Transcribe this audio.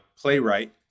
playwright